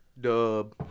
Dub